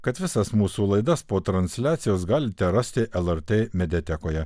kad visas mūsų laidas po transliacijos galite rasti lrt mediatekoje